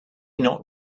not